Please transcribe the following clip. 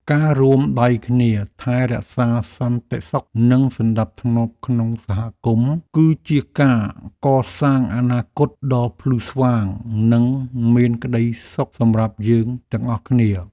ការរួមដៃគ្នាថែរក្សាសន្តិសុខនិងសណ្តាប់ធ្នាប់ក្នុងសហគមន៍ គឺជាការកសាងអនាគតដ៏ភ្លឺស្វាងនិងមានក្តីសុខសម្រាប់យើងទាំងអស់គ្នា។